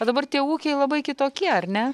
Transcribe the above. o dabar tie ūkiai labai kitokie ar ne